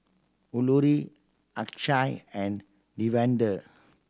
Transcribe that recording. Alluri Akshay and Davinder